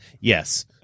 Yes